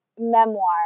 memoir